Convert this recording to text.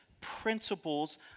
principles